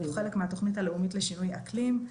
והוא חלק מהתוכנית הלאומית לשינוי אקלים.